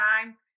time